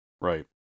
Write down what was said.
Right